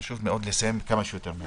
חשוב מאוד לסיים כמה שיותר מהר.